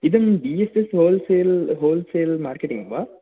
इदं D S S wholesale wholesale marketing वा